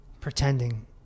pretending